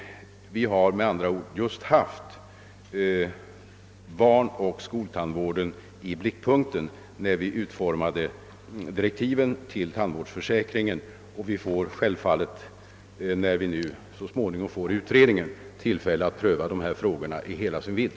Vi har alltså nyligen haft barnoch skoltandvården i blickpunkten i samband med utformningen av direktiven till tandvårdsförsäkringen. När utredningen så småningom föreligger får vi självfallet tillfälle att pröva dessa frågor i hela deras vidd.